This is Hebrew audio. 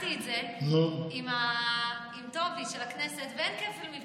ובדקתי את זה עם טובי של הכנסת, ואין כפל מבצעים.